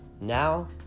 Now